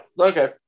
okay